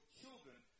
children